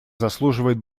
заслуживает